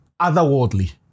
otherworldly